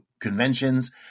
conventions